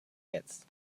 hits